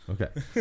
Okay